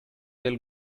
del